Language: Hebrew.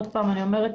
שוב אני אומרת,